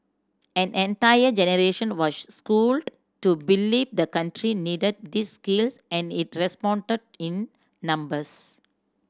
an entire generation was schooled to believe the country needed these skills and it responded in numbers